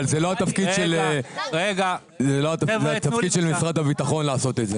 אבל זה התפקיד של משרד הביטחון לעשות את זה.